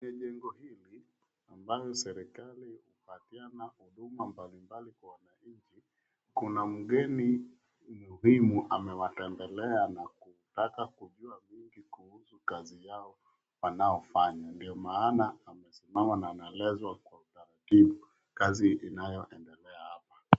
Jengo hili ambalo serikali hupatiana huduma mbalimbali kwa wananchi, kuna mgeni muhimu amewatembelea na kutaka kujua mengi kuhusu kazi yao wanayofanya. Ndio maana anasimama na anaelezwa kwa utaratibu kazi inayoendelea hapa.